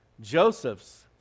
Joseph's